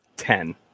ten